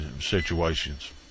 situations